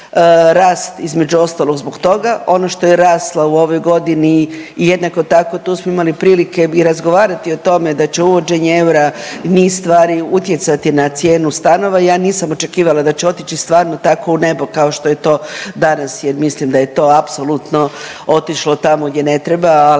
rast između ostalog zbog toga. Ono što je rasla u ovoj godini i jednako tako tu smo imali prilike i razgovarati o tome da će uvođenje eura niz stvari utjecati na cijenu stanova i ja nisam očekivala da će otići stvarno tako u nebo kao što je to danas jer mislim da je to apsolutno otišlo tamo gdje ne treba,